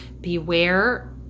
Beware